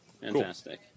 fantastic